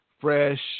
fresh